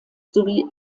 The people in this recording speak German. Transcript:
sowie